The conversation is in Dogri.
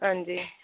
हां जी